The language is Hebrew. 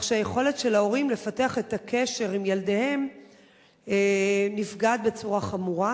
כך שהיכולת של הורים לפתח את הקשר עם ילדיהם נפגעת בצורה חמורה.